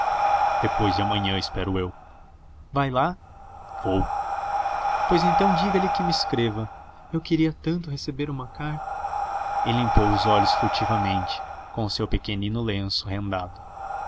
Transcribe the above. depois de amanhã espero eu vai lá vou pois então diga-lhe que me escreva eu queria tanto receber uma carta e limpou os olhos furtivamente com o seu pequenino lenço rendado